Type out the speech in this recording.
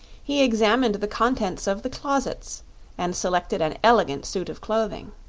he examined the contents of the closets and selected an elegant suit of clothing.